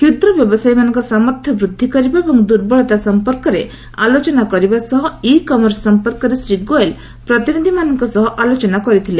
କ୍ଷୁଦ୍ର ବ୍ୟବସାୟୀମାନଙ୍କ ସାମର୍ଥ୍ୟ ବୃଦ୍ଧି କରିବା ଏବଂ ଦୁର୍ବଳତା ସଂପର୍କରେ ଆଲୋଚନା କରିବା ସହ ଇ କମର୍ସ ସଫପର୍କରେ ଶ୍ରୀ ଗୋଏଲ୍ ପ୍ରତିନିଧିମାନଙ୍କ ସହ ଆଲୋଚନା କରିଥିଲେ